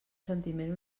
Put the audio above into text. sentiment